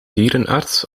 dierenarts